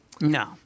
No